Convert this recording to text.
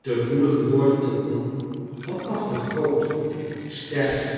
metamorfoze voelen worden tot man van af den grooten sterken